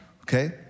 okay